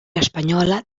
espanyola